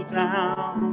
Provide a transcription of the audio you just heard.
down